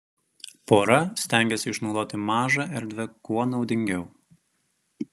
pora stengėsi išnaudoti mažą erdvę kuo naudingiau